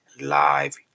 Live